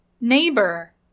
Neighbor